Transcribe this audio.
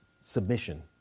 submission